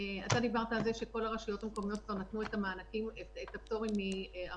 דיבר על זה שכל הרשויות המקומיות כבר נתנו את הפטור מארנונה.